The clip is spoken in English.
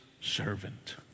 servant